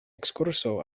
ekskurso